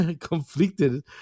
conflicted